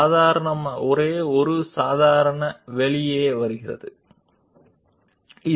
surface పై ఒక నిర్దిష్ట బిందువు వద్ద వివిధ దిశల్లో అనంతమైన టాంజెంట్లు ఉండవచ్చు కానీ ఒకే ఒక నార్మల్ బయటకు వస్తుంది